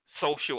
social